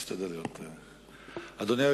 אדוני.